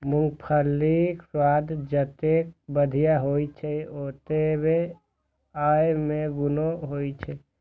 मूंगफलीक स्वाद जतेक बढ़िया होइ छै, ओतबे अय मे गुणो होइ छै